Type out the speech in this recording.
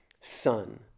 son